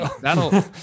that'll